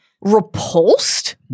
repulsed